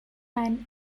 and